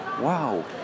Wow